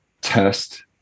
test